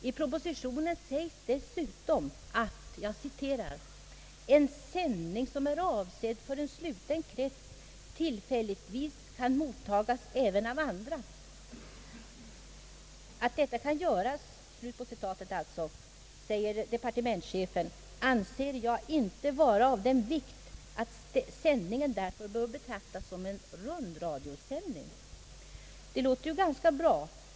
I propositionen säger departementschefen dessutom: »Att en sändning som är avsedd för en sluten krets tillfälligtvis kan mottagas även av andra anser jag inte vara av den vikt att sändningen därför bör betraktas som rundradiosändning.» Det låter ganska bra.